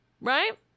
Right